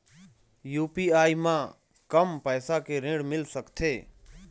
UPI म कम पैसा के ऋण मिल सकथे?